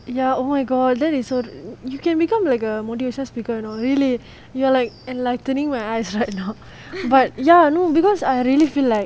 ya oh my god that is so you can become like a motivation speaker you know really you are like enlightening my eyes right now but ya no because I really feel like